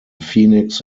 phoenix